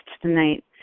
tonight